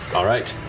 all right.